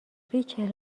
ریچل